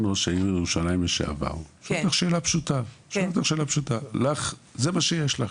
ראש העיר ירושלים לשעבר שאלה פשוטה: זה מה שיש לך,